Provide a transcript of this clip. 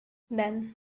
then